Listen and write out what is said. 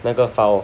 那个 file